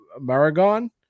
maragon